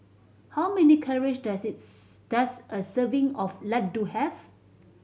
how many calories does is does a serving of laddu have